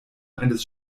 eines